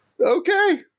Okay